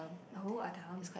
oh Adam